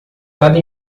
cada